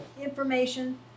information